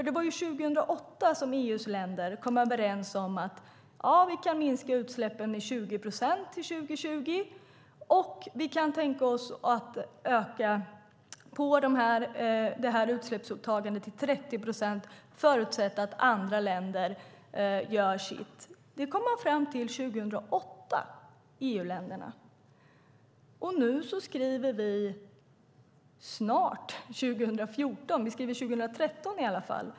Det var 2008 som EU:s länder kom överens om att de skulle minska utsläppen med 20 procent till 2020 och att de kunde tänka sig att öka utsläppsåtagandet till 30 procent förutsatt att andra länder gör sitt. Det kom EU-länderna fram till 2008. Nu skriver vi snart 2014. Vi skriver i alla fall 2013.